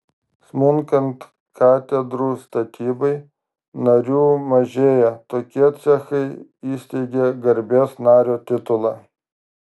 smunkant katedrų statybai narių mažėjo tokie cechai įsteigė garbės nario titulą